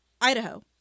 Idaho